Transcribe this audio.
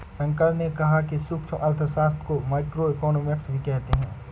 शंकर ने कहा कि सूक्ष्म अर्थशास्त्र को माइक्रोइकॉनॉमिक्स भी कहते हैं